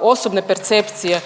osobne percepcije